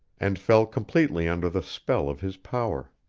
and fell completely under the spell of his power.